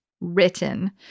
written